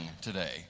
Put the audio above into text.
today